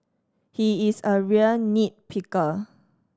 he is a real nit picker